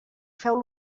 feu